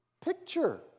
picture